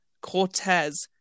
Cortez